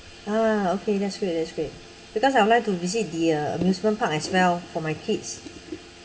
ah okay that's great that's great because I would like to visit the amusement park as well for my kids